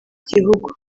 gihugu